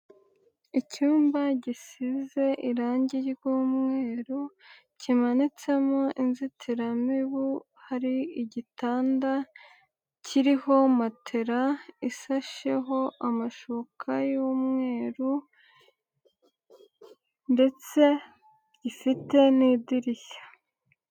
Icyumba gisize irangi ry'umweru kimanitsemo inzitiramibu, hari igitanda kiriho matela isasheho amashuka y'umweru ndetse gifite n'idirishya.